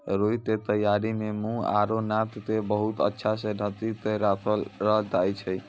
रूई के तैयारी मं मुंह आरो नाक क बहुत अच्छा स ढंकी क राखै ल लागै छै